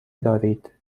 دارید